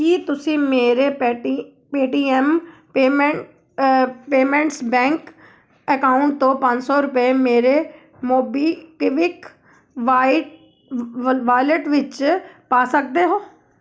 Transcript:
ਕੀ ਤੁਸੀਂ ਮੇਰੇ ਪੈਟੀ ਪੇਟੀਐਮ ਪੇਮੈਂ ਪੇਮੈਂਟਸ ਬੈਂਕ ਅਕਾਊਂਟ ਤੋਂ ਪੰਜ ਸੌ ਰੁਪਏ ਮੇਰੇ ਮੋਬੀਕਵਿਕ ਵਾਈ ਵ ਵਾਲਿਟ ਵਿੱਚ ਪਾ ਸਕਦੇ ਹੋ